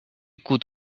could